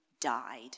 died